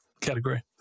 category